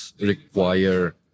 require